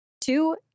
Two